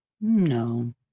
No